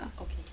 Okay